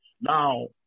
Now